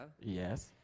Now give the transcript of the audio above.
Yes